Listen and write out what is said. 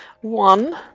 One